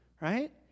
right